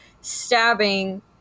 stabbing